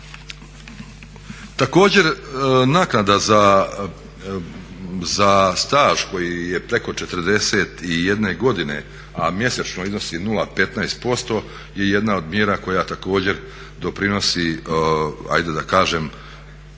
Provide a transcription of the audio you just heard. Također naknada za staž koji je preko 41 godine a mjesečno iznosi 0,15% je jedna od mjera koja također doprinosi ajde da kažem